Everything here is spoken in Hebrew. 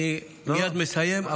אני מייד מסיים,